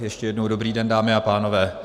Ještě jednou dobrý den, dámy a pánové.